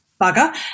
bugger